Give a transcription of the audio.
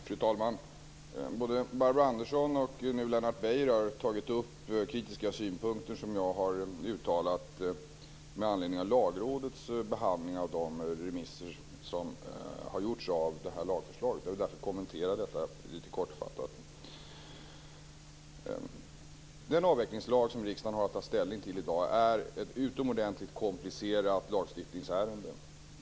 Fru talman! Både Barbro Andersson och Lennart Beijer har tagit upp de kritiska synpunkter som jag har uttalat med anledning av Lagrådets behandling av remisserna när det gäller det här lagförslaget. Jag vill därför kommentera detta litet kortfattat. Den avvecklingslag som riksdagen har att ta ställning till i dag är ett utomordentligt komplicerat lagstiftningsärende.